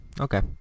okay